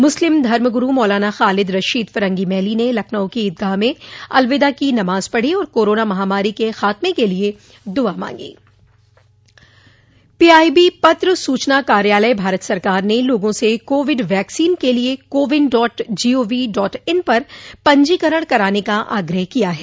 मुस्लिम धर्म गुरू मौलाना खालिद रशीद फरंगी महली ने लखनऊ के ईदगाह में अलविदा की नमाज पढ़ी और कोरोना महामारी के खात्मे के लिये दुआ पत्र सूचना कार्यालय भारत सरकार पीआईबी ने लोगों से कोविड वैक्सीन के लिए CoWIN dot gov dot in पर पंजीकरण कराने का आग्रह किया है